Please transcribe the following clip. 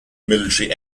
military